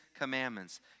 Commandments